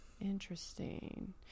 interesting